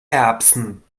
erbsen